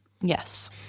Yes